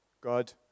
God